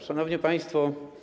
Szanowni Państwo!